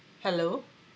hello